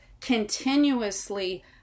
continuously